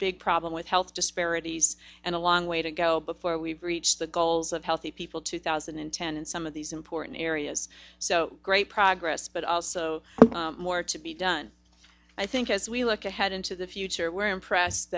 big problem with health disparities and a long way to go before we we reach the goals of healthy people two thousand and ten in some of these important areas so great progress but also more to be done i think as we look ahead into the future we're impressed